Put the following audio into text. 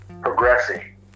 progressing